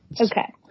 Okay